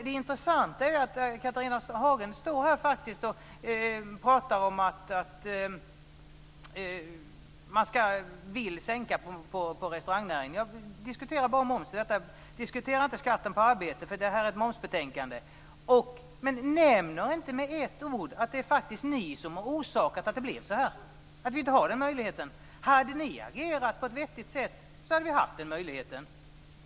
Det intressanta är att Catharina Hagen nu står här och pratar om restaurangnäringen. Jag diskuterar bara momsen, inte skatten på arbete, därför att det här är ett momsbetänkande. Men Catharina Hagen nämner inte ett ord om att det är ni som har orsakat det här, att vi inte har den möjligheten. Om ni hade agerat på ett vettigt sätt hade vi haft den möjligheten.